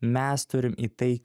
mes turim į tai